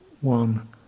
one